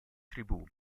tribù